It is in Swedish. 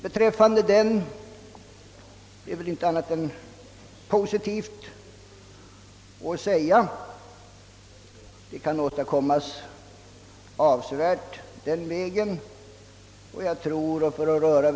Beträffande denna utredning torde inte vara annat än positivt att säga. Det kan åstadkommas avsevärt på denna väg.